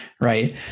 right